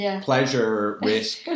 pleasure-risk